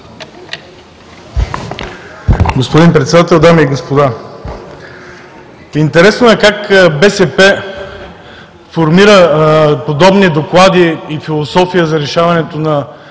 Господин Председател, дами и господа! Интересно е как БСП формира подобни доклади и философия за решаването на